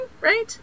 right